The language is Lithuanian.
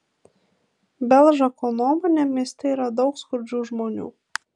belžako nuomone mieste yra daug skurdžių žmonių